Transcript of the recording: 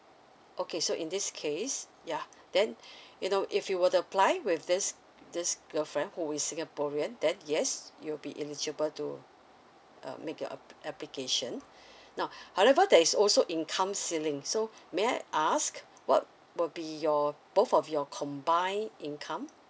okay so in this case yeah then you know if you were to apply with this this girlfriend who is singaporean then yes you'll be eligible to um make a ap~ application now however there is also income ceiling so may I ask what will be your both of your combined income